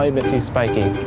ah bit too spikey.